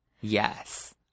Yes